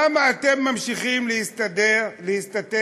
למה אתם ממשיכים להסתתר